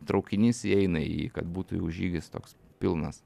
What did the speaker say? traukinys įeina į kad būtų jau žygis toks pilnas